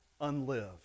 unlived